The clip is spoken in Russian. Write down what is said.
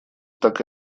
так